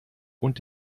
und